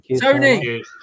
Tony